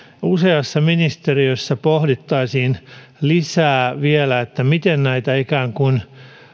useassa ministeriössä pohdittaisiin lisää vielä miten nämä ikään kuin